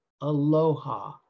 aloha